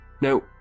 Now